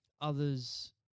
others